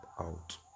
out